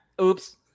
Oops